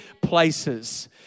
places